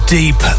deep